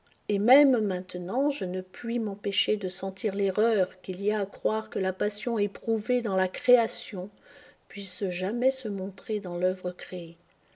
et même maintenant je ne puis m'empêcher de sentir l'erreur qu'il y a à croire que la passion éprouvée dans la création puisse jamais se montrer dans l'œuvre créée